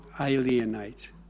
alienate